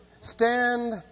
Stand